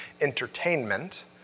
entertainment